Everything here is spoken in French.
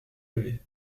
lever